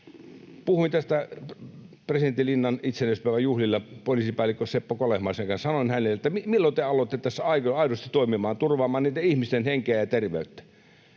Puhuin tästä Presidentinlinnan itsenäisyyspäivän juhlilla poliisipäällikkö Seppo Kolehmaisen kanssa. Sanoin hänelle, että milloin te alatte tässä aidosti toimimaan ja turvaamaan niitten ihmisten henkeä ja terveyttä.